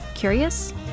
Curious